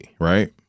right